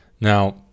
Now